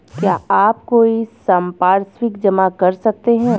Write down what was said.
क्या आप कोई संपार्श्विक जमा कर सकते हैं?